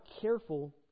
careful